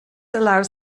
allows